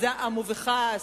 בזעם ובכעס,